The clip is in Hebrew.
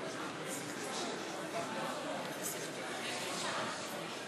האם יש מישהו שמבקש להסיר את הצעת החוק של